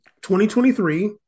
2023